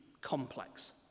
complex